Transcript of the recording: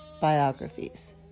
biographies